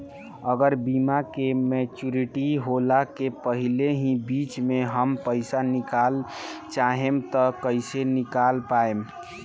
अगर बीमा के मेचूरिटि होला के पहिले ही बीच मे हम पईसा निकाले चाहेम त कइसे निकाल पायेम?